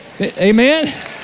amen